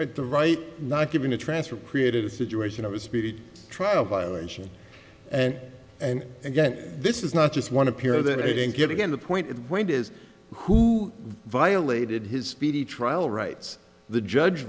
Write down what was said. and the right not given a transfer created a situation of a speedy trial violation and again this is not just one appear that he didn't get again the point it went is who violated his speedy trial rights the judge